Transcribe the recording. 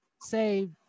say